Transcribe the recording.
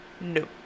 No